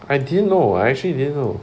I didn't know I actually didn't know